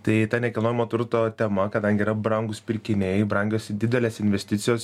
tai ta nekilnojamo turto tema kadangi yra brangūs pirkiniai brangios ir didelės investicijos